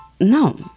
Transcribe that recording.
no